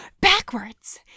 Backwards